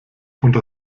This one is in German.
unter